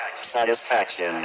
satisfaction